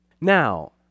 Now